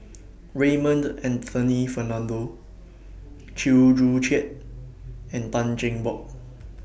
Raymond Anthony Fernando Chew Joo Chiat and Tan Cheng Bock